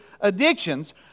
addictions